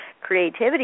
creativity